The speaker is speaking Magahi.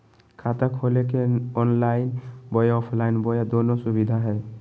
खाता खोले के ऑनलाइन बोया ऑफलाइन बोया दोनो सुविधा है?